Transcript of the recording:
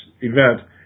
event